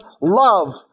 love